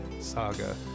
saga